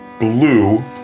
blue